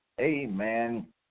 Amen